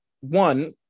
One